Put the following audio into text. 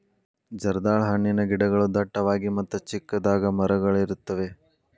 ಜರ್ದಾಳ ಹಣ್ಣಿನ ಗಿಡಗಳು ಡಟ್ಟವಾಗಿ ಮತ್ತ ಚಿಕ್ಕದಾದ ಮರಗಳಿರುತ್ತವೆ